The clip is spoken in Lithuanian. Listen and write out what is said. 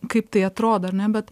kaip tai atrodo ar ne bet